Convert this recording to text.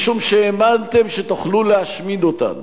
משום שהאמנתם שתוכלו להשמיד אותנו.